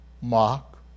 Mock